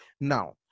Now